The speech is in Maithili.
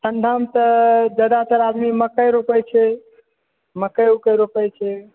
ठण्डामे तऽ ज्यादातर आदमी मकइ रोपैत छै मकइ उकइ रोपैत छै